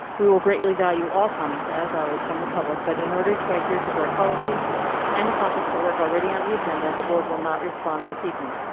we will greatly value all comments as always from the public, but in order to adhere to board policy and accomplish the work already on the agenda, the board will not respond this evening.